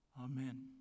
Amen